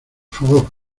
favor